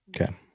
Okay